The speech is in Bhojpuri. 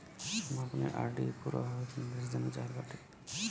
हम अपने आर.डी पूरा होवे के निर्देश जानल चाहत बाटी